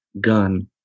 gun